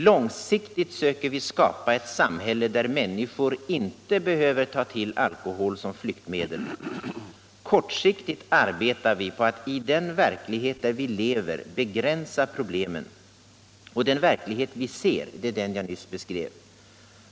Långsiktigt söker vi skapa ett samhälle där människorna inte behöver ta till alkohol som flyktmedel. Kortsiktigt arbetar vi på att i den verklighet där vi lever begränsa problemen. Och den verklighet vi ser — det är den jag nyss beskrev.